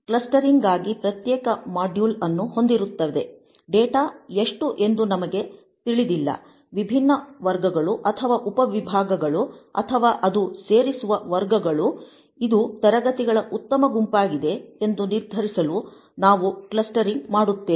clustering ಗಾಗಿ ಪ್ರತ್ಯೇಕ module ಅನ್ನು ಹೊಂದಿರುತ್ತದೆ ಡೇಟಾ ಎಷ್ಟು ಎಂದು ನಮಗೆ ತಿಳಿದಿಲ್ಲ ವಿಭಿನ್ನ ವರ್ಗಗಳು ಅಥವಾ ಉಪ ವಿಭಾಗಗಳು ಅಥವಾ ಅದು ಸೇರಿರುವ ವರ್ಗಗಳು ಇದು ತರಗತಿಗಳ ಉತ್ತಮ ಗುಂಪಾಗಿದೆ ಎಂದು ನಿರ್ಧರಿಸಲು ನಾವು ಕ್ಲಸ್ಟರಿಂಗ್ ಮಾಡುತ್ತೇವೆ